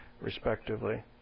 respectively